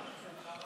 בבקשה.